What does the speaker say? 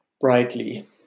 brightly